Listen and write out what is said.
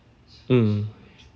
mm